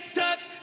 touch